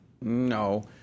No